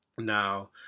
Now